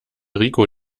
rico